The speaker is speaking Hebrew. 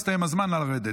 הסתיים הזמן, נא לרדת.